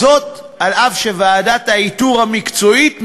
זאת אף שוועדת האיתור המקצועית מאוד,